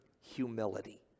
humility